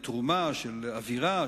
לנאומים יש תרומה של אווירה,